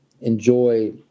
enjoy